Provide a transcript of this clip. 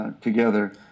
Together